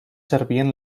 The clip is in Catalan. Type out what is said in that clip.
servien